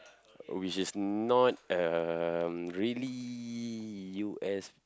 which is not um really U_S